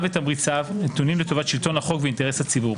ותמריציו נתונים לטובת שלטון החוק ואינטרס הציבור.